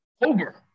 Over